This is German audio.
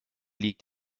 liegt